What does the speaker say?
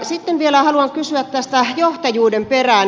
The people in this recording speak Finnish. sitten vielä haluan kysyä tässä johtajuuden perään